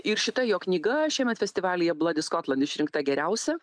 ir šita jo knyga šiemet festivalyje bladi skotland išrinkta geriausia